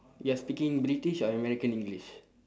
you are speaking british or american english